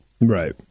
Right